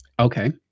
Okay